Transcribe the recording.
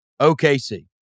OKC